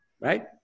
right